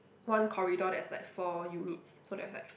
one corridor there's like four units so there's like f~